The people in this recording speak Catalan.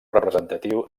representatiu